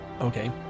Okay